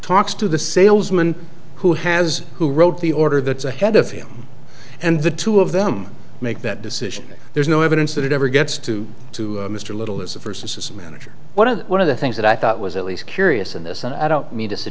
talks to the salesman who has who wrote the order that's ahead of him and the two of them make that decision there's no evidence that it ever gets to to mr little is the first assistant manager one of the one of the things that i thought was at least curious in this and i don't mean to